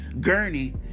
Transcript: gurney